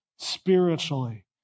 spiritually